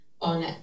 On